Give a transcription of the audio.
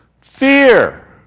Fear